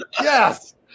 yes